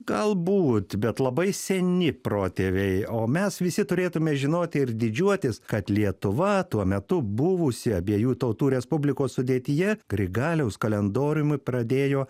galbūt bet labai seni protėviai o mes visi turėtumėme žinoti ir didžiuotis kad lietuva tuo metu buvusi abiejų tautų respublikos sudėtyje grigaliaus kalendoriumi pradėjo